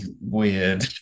weird